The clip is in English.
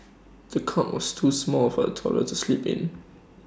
the cot was too small for the toddler to sleep in